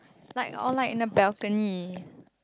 like or like in the balcony